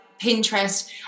Pinterest